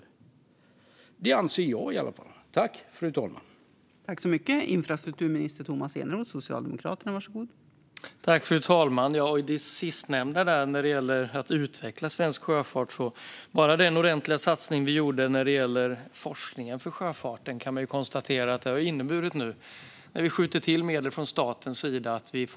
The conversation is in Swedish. Det anser i alla fall jag.